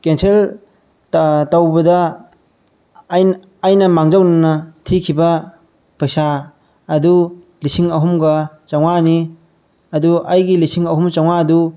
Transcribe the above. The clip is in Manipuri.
ꯀꯦꯟꯁꯦꯜ ꯇꯧꯕꯗ ꯑꯩꯅ ꯃꯥꯡꯖꯧꯅꯅ ꯊꯤꯈꯤꯕ ꯄꯩꯁꯥ ꯑꯗꯨ ꯂꯤꯁꯤꯡ ꯑꯍꯨꯝꯒ ꯆꯃꯉꯥꯅꯤ ꯑꯗꯨ ꯑꯩꯒꯤ ꯂꯤꯁꯤꯡ ꯑꯍꯨꯝ ꯆꯃꯉꯥꯗꯨ